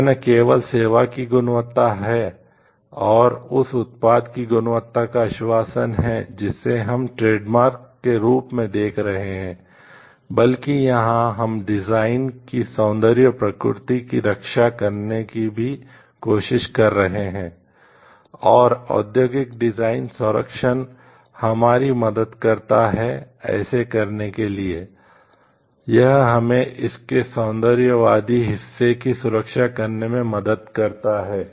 यह न केवल सेवा की गुणवत्ता और उस उत्पाद की गुणवत्ता का आश्वासन है जिसे हम ट्रेडमार्क संरक्षण हमारी मदद करता है ऐसा करने के लिए यह हमें इसके सौंदर्यवादी हिस्से की सुरक्षा करने में मदद करता है